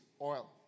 oil